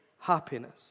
happiness